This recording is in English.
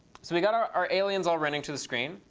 so we've got our our aliens all running to the screen.